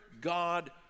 God